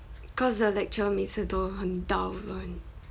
cause the lecturer 每次都很 dull [one]